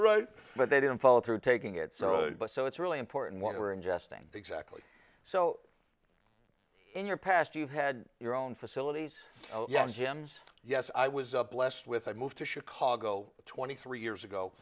wrote but they didn't follow through taking it so so it's really important what were ingesting exactly so in your past you had your own facilities yes gems yes i was blessed with i moved to chicago twenty three years ago